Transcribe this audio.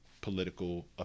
political